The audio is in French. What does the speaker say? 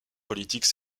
politique